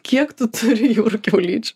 kiek tu turi jūrų kiaulyčių